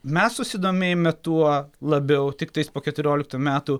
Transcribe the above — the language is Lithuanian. mes susidomėjome tuo labiau tiktais po keturioliktų metų